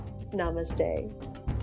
Namaste